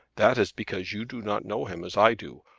that is because you do not know him as i do.